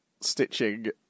stitching